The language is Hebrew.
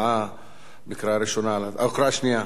להצבעה בקריאה שנייה: